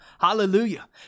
Hallelujah